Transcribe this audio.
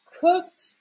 cooked